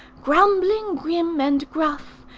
grumbling, grim, and gruff.